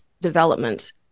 development